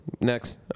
Next